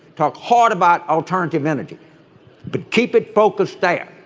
talk hard about alternative energy but keep it focused dire.